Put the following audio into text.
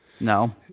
No